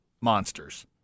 monsters